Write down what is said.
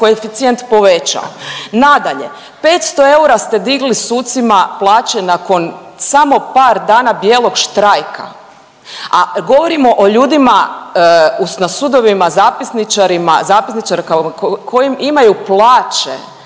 koeficijent povećao. Nadalje, 500 eura ste digli sucima plaće nakon samo par dana bijelog štrajka, a govorimo o ljudima na sudovima, zapisničarima, zapisničarkama kojim imaju plaće